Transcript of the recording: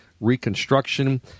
reconstruction